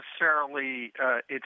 necessarily—it's